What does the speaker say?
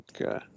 Okay